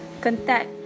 contact